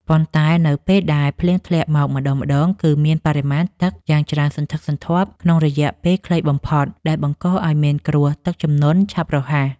ប៉ុន្តែនៅពេលដែលភ្លៀងធ្លាក់មកម្ដងៗ គឺមានបរិមាណទឹកយ៉ាងច្រើនសន្ធឹកសន្ធាប់ក្នុងរយៈពេលខ្លីបំផុត ដែលបង្កឱ្យមានគ្រោះទឹកជំនន់ឆាប់រហ័ស។